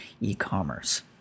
e-commerce